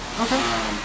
okay